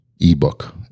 ebook